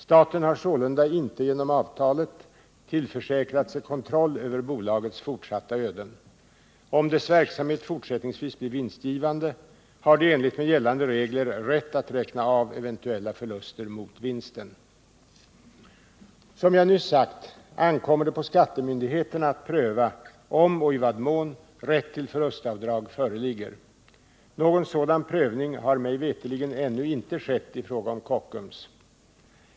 Staten har således inte genom avtalet tillförsäkrat sig kontroll över bolagets fortsatta öden. Om dess verksamhet fortsättningsvis blir vinstgivande, har det i enlighet med gällande regler rätt att räkna av eventuella förluster mot vinsten. Som jag nyss sagt ankommer det på skattemyndigheterna att pröva om och i vad mån rätt till förlustavdrag föreligger. Någon sådan prövning har mig veterligen ännu inte skett i fråga om Kockums.